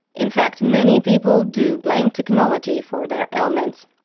in fact, many people do blame technology for their ailments.